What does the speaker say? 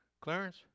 Clarence